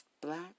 Black